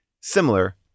similar